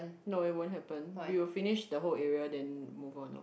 no it won't happen we will finish the whole area then move on loh